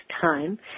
time